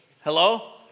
Hello